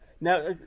Now